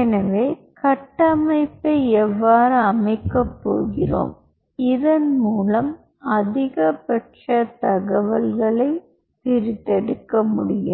எனவே கட்டமைப்பை எவ்வாறு அமைக்கப் போகிறோம் இதன் மூலம் அதிகபட்ச தகவல்களைப் பிரித்தெடுக்க முடியும்